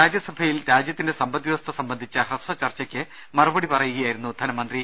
രാജ്യസഭയിൽ രാജ്യത്തിന്റെ സമ്പദ് വ്യവസ്ഥ സംബന്ധിച്ച ഹ്രസ്വ ചർച്ചക്ക് മറുപടി പറയുകയായിരുന്നു ധനമന്ത്രി